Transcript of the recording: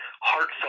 heartfelt